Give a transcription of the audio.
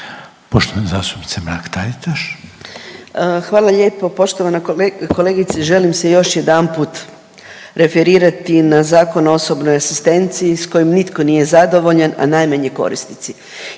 **Mrak-Taritaš, Anka (GLAS)** Hvala lijepo. Poštovana kolegice, želim se još jedanput referirati na Zakon o osobnoj asistenciji s kojim nitko nije zadovoljan, a najmanje korisnici.